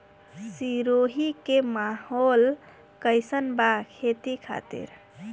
सिरोही के माहौल कईसन बा खेती खातिर?